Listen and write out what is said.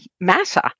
matter